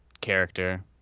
character